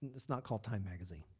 it's not called time magazine.